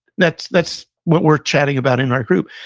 that's that's what we're chatting about in our group.